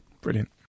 Brilliant